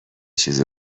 چیز